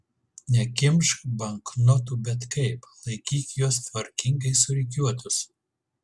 nekimšk banknotų bet kaip laikyk juos tvarkingai surikiuotus